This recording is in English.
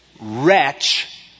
wretch